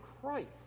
Christ